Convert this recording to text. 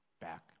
back